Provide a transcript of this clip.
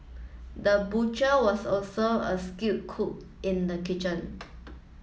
the butcher was also a skilled cook in the kitchen